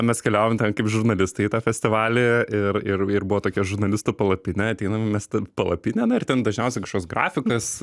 mes keliavom ten kaip žurnalistai į tą festivalį ir ir ir buvo tokia žurnalistų palapinė ateinam mes ten palapinėn na ir ten dažniausiai kažkoks grafikas